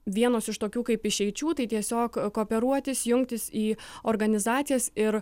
vienos iš tokių kaip išeičių tai tiesiog kooperuotis jungtis į organizacijas ir